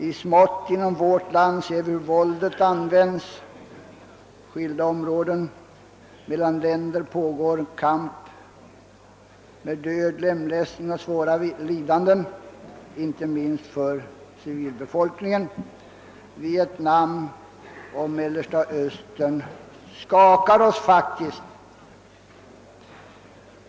I smått inom vårt land ser vi hur våldet används inom skilda områden. Mellan länder pågår en kamp med död, lemlästning och svåra lidanden inte minst för civilbefolkningen. Händelser i Vietnam och Mellersta Östern skakar oss.